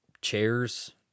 chairs